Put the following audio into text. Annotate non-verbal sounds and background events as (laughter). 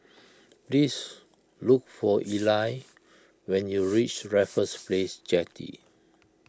(noise) please look for Eli when you reach Raffles Place Jetty